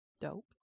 Dope